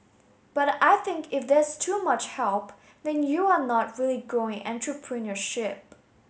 but I think if there's too much help then you are not really growing entrepreneurship